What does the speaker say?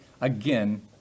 again